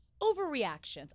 overreactions